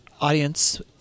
audience